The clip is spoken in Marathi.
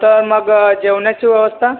तर मग जेवणाची व्यवस्था